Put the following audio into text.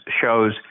shows